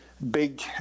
big